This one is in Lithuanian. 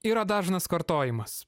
yra dažnas kartojimas